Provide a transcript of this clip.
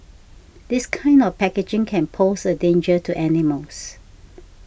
this kind of packaging can pose a danger to animals